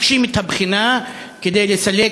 מקשים את הבחינה כדי לסלק,